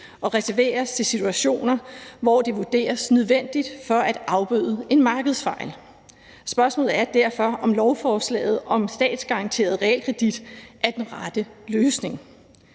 og reserveres til situationer, hvor det vurderes nødvendigt for at afbøde en markedsfejl. Spørgsmålet er derfor, om lovforslaget om statsgaranteret realkreditlån er den rette løsning.